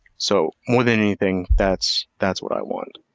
so more than anything, that's that's what i want.